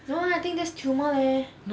no lah I think that's tumor leh